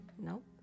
Nope